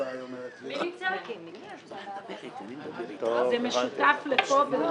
סיבת הקמת הוועדה הייתה מאחר וועדת חוקה מאוד-מאוד עמוסה